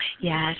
Yes